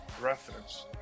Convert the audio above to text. reference